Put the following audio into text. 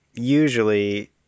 Usually